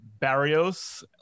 Barrios